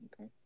okay